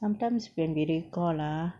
sometimes when we recall ah